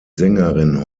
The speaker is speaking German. sängerin